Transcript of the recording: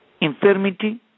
Infirmity